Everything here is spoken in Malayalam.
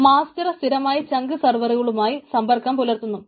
മാസ്റ്റർ സ്ഥിരമായി ചങ്ക് സർവറുമായി സമ്പർക്കം പുലർത്തുന്നുണ്ട്